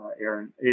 aaron